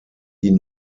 die